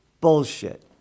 bullshit